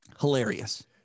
Hilarious